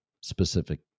specific